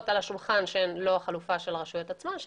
מלבד החלופה של גבייה בידי הרשות בעצמה.